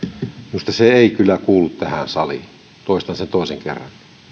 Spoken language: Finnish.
minusta se ei kyllä kuulu tähän saliin toistan sen toisen kerran